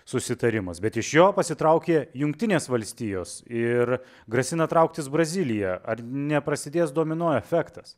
susitarimas bet iš jo pasitraukė jungtinės valstijos ir grasina trauktis brazilija ar neprasidės domino efektas